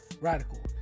Radical